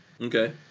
Okay